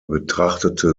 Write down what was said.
betrachtete